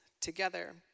together